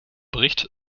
bericht